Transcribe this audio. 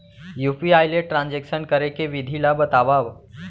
UPI ले transaction करे के विधि ला बतावव?